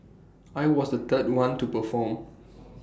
I was the third one to perform